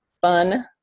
fun